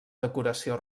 decoració